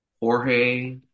Jorge